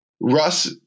Russ